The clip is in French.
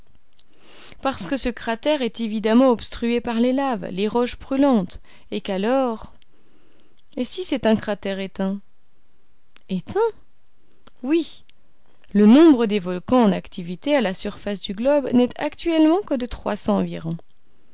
parce que ce cratère est évidemment obstrué par les laves les roches brûlantes et qu'alors et si c'est un cratère éteint éteint oui le nombre des volcans en activité à la surface du globe n'est actuellement que de trois cents environ